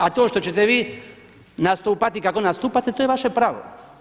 A to što ćete vi nastupati kako nastupate to je vaše pravo.